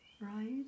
right